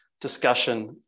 discussion